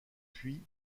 puis